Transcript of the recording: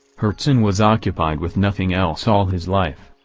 herzen was occupied with nothing else all his life.